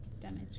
damage